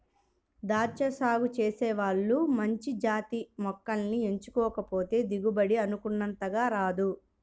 దాచ్చా సాగు చేసే వాళ్ళు మంచి జాతి మొక్కల్ని ఎంచుకోకపోతే దిగుబడి అనుకున్నంతగా రాదు